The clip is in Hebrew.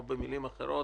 או במילים אחרות,